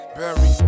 bury